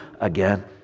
again